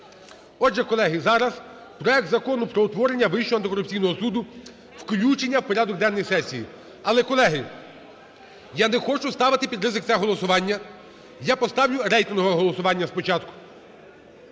Отже, колеги, зараз проект Закону про утворення Вищого антикорупційного суду. Включення в порядок денний сесії. Але, колеги, я не хочу ставити під ризик це голосування, я поставлю рейтингове голосування спочатку.